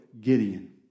Gideon